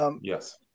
Yes